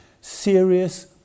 serious